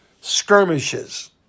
skirmishes